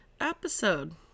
Episode